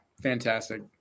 fantastic